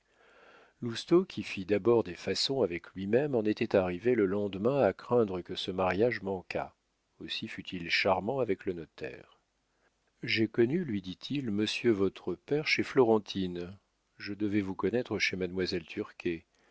qui fit d'abord des façons avec lui-même en était arrivé le lendemain à craindre que ce mariage manquât aussi fut-il charmant avec le notaire j'ai connu lui dit-il monsieur votre père chez florentine je devais vous connaître chez mademoiselle